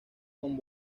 con